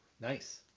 nice